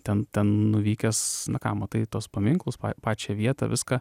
ten nuvykęs na ką matai tuos paminklus pačią vietą viską